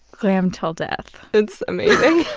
glam til death. it's amazing.